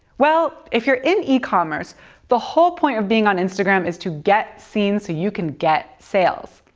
well, if you're in e-commerce, the whole point of being on instagram is to get seen so you can get sales.